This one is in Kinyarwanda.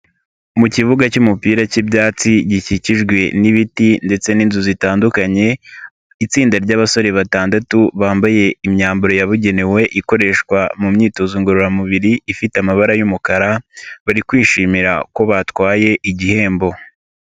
Mu kibuga cy'umupira cy'ibyatsi gikikijwe n'ibiti ndetse n'inzu zitandukanye, itsinda ry'abasore batandatu bambaye imyambaro yabugenewe ikoreshwa mu myitozo ngororamubiri ifite amabara y'umukara, bari kwishimira ko batwaye igihembo.